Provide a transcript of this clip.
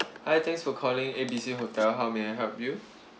hi thanks for calling A B C hotel how may I help you